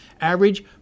average